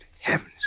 heavens